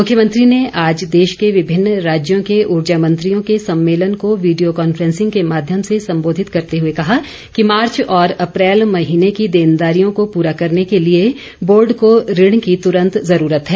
मुख्यमंत्री ने आज देश के विभिन्न राज्यों के ऊर्जा मंत्रियों के सम्मेलन को वीडियो कॉन्फेंसिंग के माध्यम से संबोधित करते हुए कहा कि मार्च और अप्रैल महीने की देनदारियों को पुरा करने के लिए बोर्ड को ऋण की तरंत जरूरत है